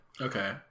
okay